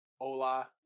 hola